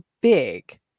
big